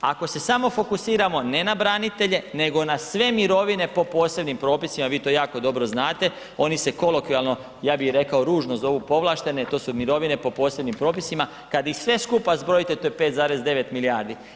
Ako se samo fokusiramo ne na branitelje nego na sve mirovine po posebnim propisima, vi to jako dobro znate, oni se kolokvijalno, ja bih rekao, ružno zovu povlaštene, to su mirovine po posebnim propisima, kad ih sve skupa zbrojite to je 5,9 milijardi.